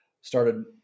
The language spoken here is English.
started